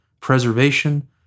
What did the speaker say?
preservation